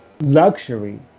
luxury